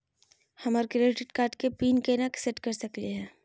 हमर credit card के PIN केना सेट कर सकली हे?